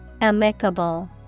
Amicable